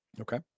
Okay